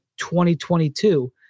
2022